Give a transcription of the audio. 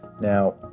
Now